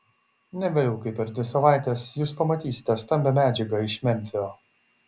ne vėliau kaip per dvi savaites jūs pamatysite stambią medžiagą iš memfio